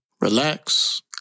relax